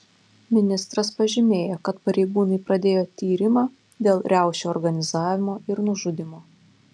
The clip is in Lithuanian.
ministras pažymėjo kad pareigūnai pradėjo tyrimą dėl riaušių organizavimo ir nužudymo